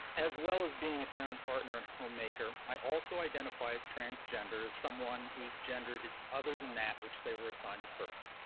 as well as being a paired partner and homemaker, i also identify as transgender, as someone whose gender is other than that which they were assigned at birth.